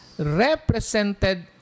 Represented